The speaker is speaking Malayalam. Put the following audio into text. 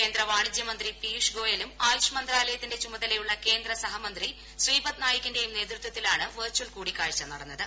കേന്ദ്ര വാണിജ്യ മന്ത്രി പീയുഷ് ഗോയലും ആയുഷ് മന്ത്രാലയത്തിന്റെ ചുമതലയുള്ള കേന്ദ്രസഹമന്ത്രി ശ്രീപദ് നായികിന്റെയും നേതൃത്വത്തിലാണ് വെർച്ചൽ കൂടിക്കാഴ്ച നടന്നത്